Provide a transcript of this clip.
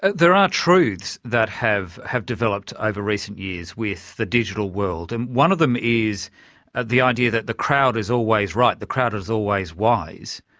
there are truths that have have developed over recent years with the digital world, and one of them is of the idea that the crowd is always right, the crowd is always wise.